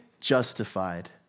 justified